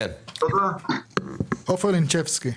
עופר לינצ'בסקי.